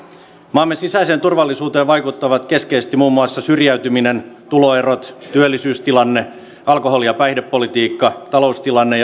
maamme sisäiseen turvallisuuteen vaikuttavat keskeisesti muun muassa syrjäytyminen tuloerot työllisyystilanne alkoholi ja päihdepolitiikka taloustilanne